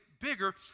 bigger